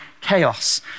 chaos